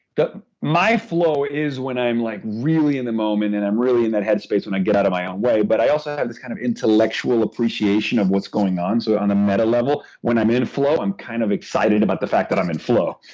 my flow is when i'm like really in the moment and i'm really in that head space when i get out of my own way. but i also have this kind of intellectual appreciation of what's going on, so on a meta level when i'm in flow i'm kind of excited about the fact that i'm in flow